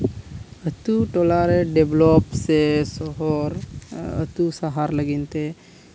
ᱟᱛᱳ ᱴᱚᱞᱟᱨᱮ ᱰᱮᱵᱷᱮᱞᱚᱯ ᱥᱮ ᱥᱚᱦᱚᱨ ᱟᱛᱳ ᱥᱚᱦᱚᱨ ᱞᱟᱹᱜᱤᱫ ᱛᱮ